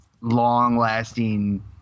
long-lasting